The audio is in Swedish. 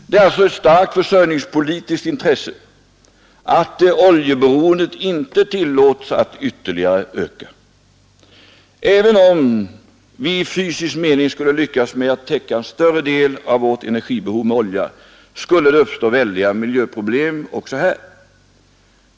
Det är alltså ett starkt försörjningspolitiskt intresse att oljeberoendet inte tillåts att ytterligare öka. Även om vi i fysisk mening skulle lyckas med att täcka en större del av vårt energibehov med olja skulle det uppstå väldiga miljöproblem också här.